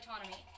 autonomy